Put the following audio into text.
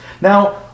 Now